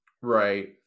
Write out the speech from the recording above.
Right